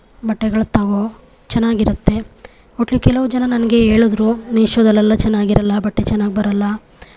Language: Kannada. ಬಟ್ಟೆಗಳು ತಗೋ ಚೆನ್ನಾಗಿರುತ್ತೆ ಮತ್ತು ಕೆಲವು ಜನ ನನಗೆ ಹೇಳಿದ್ರು ಮೀಶೋದಲ್ಲೆಲ್ಲ ಚೆನ್ನಾಗಿರೋಲ್ಲ ಬಟ್ಟೆ ಚೆನ್ನಾಗಿ ಬರೋಲ್ಲ